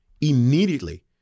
immediately